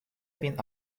vin